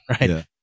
right